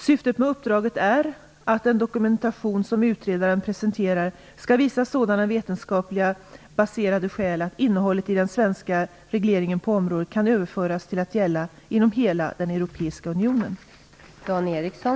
Syftet med uppdraget är att den dokumentation som utredaren presenterar skall visa sådana vetenskapligt baserade skäl att innehållet i den svenska regleringen på området kan överföras till att gälla inom hela Europeiska unionen.